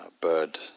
bird